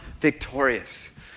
victorious